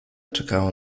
czekała